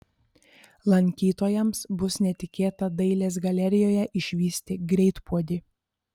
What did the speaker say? lankytojams bus netikėta dailės galerijoje išvysti greitpuodį